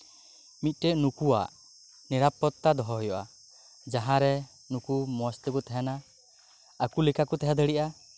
ᱢᱤᱫᱴᱮᱱ ᱱᱩᱠᱩᱣᱟᱜ ᱱᱤᱨᱟ ᱯᱚᱛᱛᱟ ᱫᱚᱦᱚ ᱦᱩᱭᱩᱜᱼᱟ ᱡᱟᱦᱟᱨᱮ ᱱᱩᱠᱩ ᱢᱚᱪᱛᱮᱠᱚ ᱛᱟᱦᱮᱱᱟ ᱟᱠᱚᱞᱮᱠᱟᱠᱚ ᱛᱟᱦᱮᱸ ᱫᱟᱲᱮᱜᱼᱟ